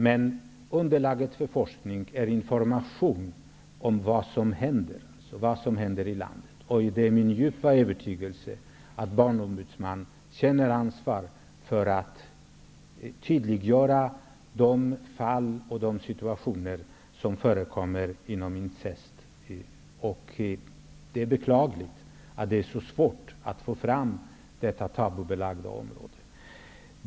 Men underlag för forskning är information om vad som händer i landet. Det är min djupa övertygelse att Barnombudsmannen känner ansvar för att tydliggöra de situationer som förekommer när det gäller incest. Det är beklagligt att det är så svårt att få fram fakta om detta tabubelagda område.